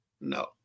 no